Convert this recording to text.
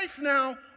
now